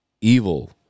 evil